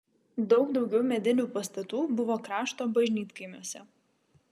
daug daugiau medinių pastatų buvo krašto bažnytkaimiuose